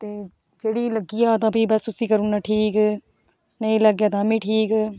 ते जेह्ड़ी लग्गी जाऽ तां भी बस उस्सी करी ओड़ना ठीक नेईं लग्गै ताह्म्मीं ठीक